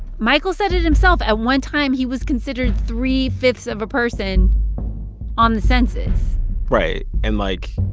michael said it himself. at one time, he was considered three-fifths of a person on the census right. and like,